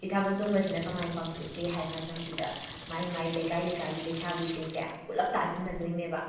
ꯁꯤ ꯊꯥꯕꯜ ꯆꯣꯡꯕꯁꯤꯅ ꯀꯃꯥꯏꯅ ꯄꯥꯡꯊꯣꯛꯀꯦ ꯍꯥꯏ ꯃꯇꯝꯁꯤꯗ ꯃꯥꯏ ꯃꯥꯏ ꯂꯩꯀꯥꯏ ꯂꯩꯀꯥꯏꯒꯤ ꯂꯩꯁꯥꯕꯤꯁꯤꯡꯁꯦ ꯄꯨꯂꯞ ꯇꯥꯁꯤꯟꯅꯗꯣꯏꯅꯦꯕ